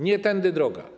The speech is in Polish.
Nie tędy droga.